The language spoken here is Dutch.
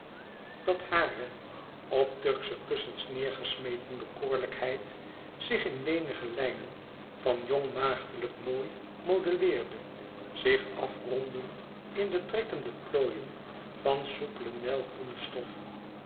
dat hare op turksche kussens neergesmeten bekoorlijkheid zich in lenige lijnen van jong maagdelijk mooi modelleerde zich afrondend in de trekkende plooien van soupele nijlgroene stof